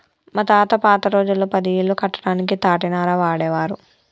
మా తాత పాత రోజుల్లో పది ఇల్లు కట్టడానికి తాటినార వాడేవారు